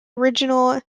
original